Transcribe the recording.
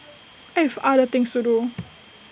I have other things to do